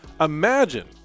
Imagine